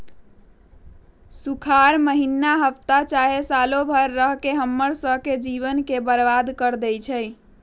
सुखार माहिन्ना हफ्ता चाहे सालों भर रहके हम्मर स के जीवन के बर्बाद कर देई छई